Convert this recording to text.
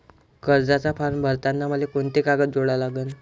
कर्जाचा फारम भरताना मले कोंते कागद जोडा लागन?